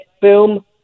boom